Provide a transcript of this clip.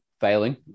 failing